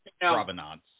provenance